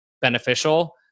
beneficial